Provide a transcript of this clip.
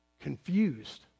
confused